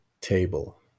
table